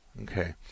Okay